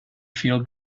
feel